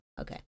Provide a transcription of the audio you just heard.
okay